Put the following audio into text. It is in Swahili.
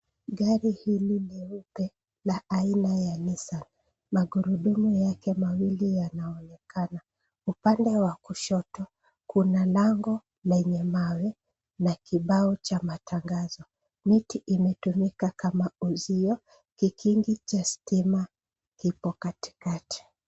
Gari hili leupe la aina ya Nissan. Magurudumu yake mawili yanaonekana. Upande wa kushoto kuna lango lenye mawe na kibao cha matangazo. Miti imetumika kama uzio. Kikingi cha stima iko katikati.